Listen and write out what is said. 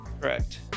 correct